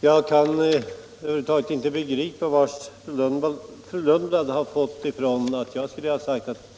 Fru talman! Jag kan över huvud taget inte begripa varifrån fru Lundblad har fått uppfattningen att jag skulle ha sagt att